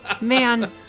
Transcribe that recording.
man